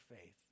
faith